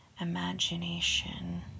imagination